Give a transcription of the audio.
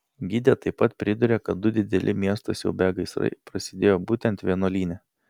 gidė taip pat priduria kad du dideli miestą siaubią gaisrai prasidėjo būtent vienuolyne